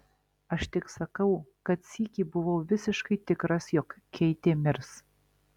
aš tik sakau kad sykį buvau visiškai tikras jog keitė mirs